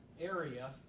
area